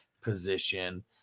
position